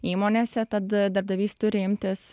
įmonėse tad darbdavys turi imtis